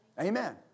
Amen